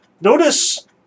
notice